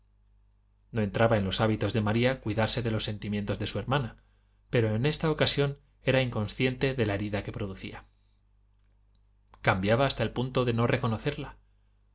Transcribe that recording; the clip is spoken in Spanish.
no entraba en los hábitos de maría cuidarse de los sentimientos de su hermana pero en esta ocasión era inconsciente de la herida que producía cambiaba hasta el punto de no reconocerla